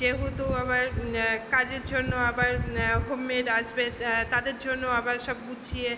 যেহেতু আবার কাজের জন্য আবার হোম মেড আসবে তাদের জন্য আবার সব গুছিয়ে